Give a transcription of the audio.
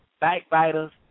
backbiters